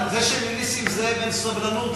זה שלנסים זאב אין סבלנות,